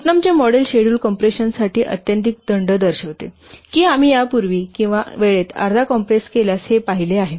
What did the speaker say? पुटनामचे model schedule कॉम्प्रेशनसाठी अत्यधिक दंड दर्शविते की आम्ही यापूर्वी किंवा वेळेत अर्धा कॉम्प्रेस केल्यास हे पाहिले आहे